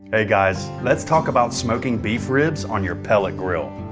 hey guys, lets talk about smoking beef ribs on your pellet grill.